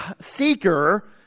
seeker